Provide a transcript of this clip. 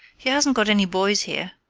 he hasn't got any boys here.